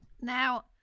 Now